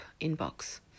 inbox